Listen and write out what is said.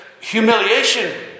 humiliation